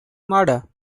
murder